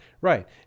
right